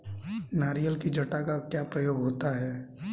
नारियल की जटा का क्या प्रयोग होता है?